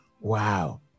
Wow